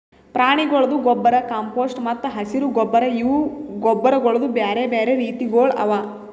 ಪ್ರಾಣಿಗೊಳ್ದು ಗೊಬ್ಬರ್, ಕಾಂಪೋಸ್ಟ್ ಮತ್ತ ಹಸಿರು ಗೊಬ್ಬರ್ ಇವು ಗೊಬ್ಬರಗೊಳ್ದು ಬ್ಯಾರೆ ಬ್ಯಾರೆ ರೀತಿಗೊಳ್ ಅವಾ